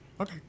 Okay